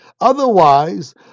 Otherwise